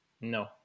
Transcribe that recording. No